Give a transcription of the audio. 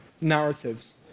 narratives